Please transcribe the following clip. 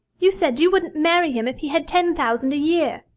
you said you wouldn't marry him if he had ten thousand a year!